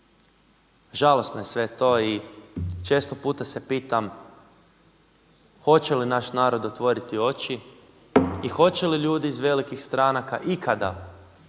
Žalosno je sve to i često puta se pitam hoće li naš narod otvoriti oči i hoće li ljudi iz velikih stranaka ikada reći